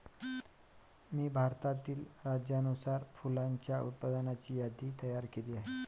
मी भारतातील राज्यानुसार फुलांच्या उत्पादनाची यादी तयार केली आहे